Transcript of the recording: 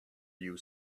you